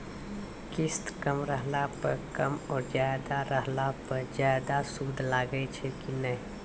किस्त कम रहला पर कम और ज्यादा रहला पर ज्यादा सूद लागै छै कि नैय?